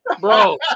Bro